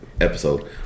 episode